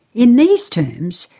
in these terms,